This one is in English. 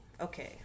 Okay